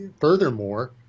Furthermore